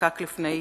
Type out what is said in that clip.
נחקק לפני